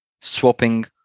swapping